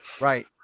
Right